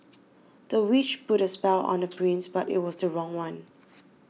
the witch put a spell on the prince but it was the wrong one